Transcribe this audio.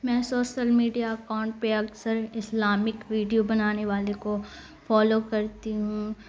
میں social media account پہ اکثر اسلامک ویڈیو بنانے والے کو فالو کرتی ہوں